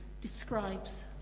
describes